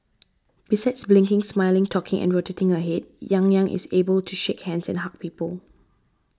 besides blinking smiling talking and rotating her head Yang Yang is able to shake hands and hug people